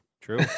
true